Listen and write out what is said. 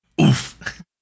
Oof